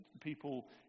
people